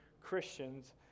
Christians